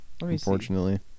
Unfortunately